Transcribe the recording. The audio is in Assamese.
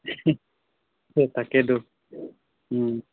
তাকেতো